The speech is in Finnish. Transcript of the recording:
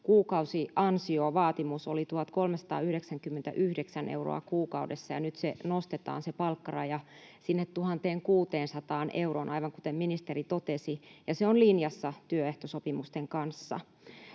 kuukausiansiovaatimus oli 1 399 euroa kuukaudessa, ja nyt se palkkaraja nostetaan sinne 1 600 euroon, aivan kuten ministeri totesi, ja se on linjassa työehtosopimusten kanssa.